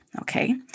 okay